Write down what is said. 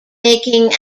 making